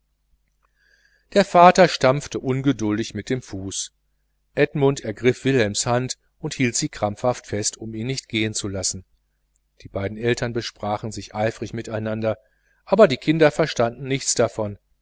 der vater stampfte ungeduldig mit dem fuß edmund ergriff wilhelms hand und hielt sie krampfhaft fest um ihn nicht gehen zu lassen die beiden eltern besprachen sich eifrig miteinander aber die kinder verstanden nichts davon